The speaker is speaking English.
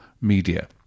media